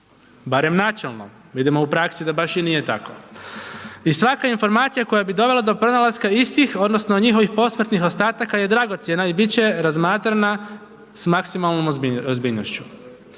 Barem načelno, vidimo da u praksi da baš i nije tako. I svaka informacija koja bi dovela do pronalaska istih, odnosno njihovih posmrtnih ostataka je dragocjeno i bit će razmatrana s maksimalnom ozbiljnošću.